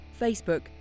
Facebook